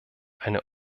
eine